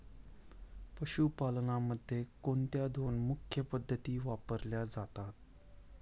पशुपालनामध्ये कोणत्या दोन मुख्य पद्धती वापरल्या जातात?